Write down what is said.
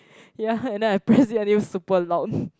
ya and then I press it and it was super loud